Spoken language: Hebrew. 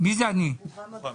אני רפרנט